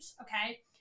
Okay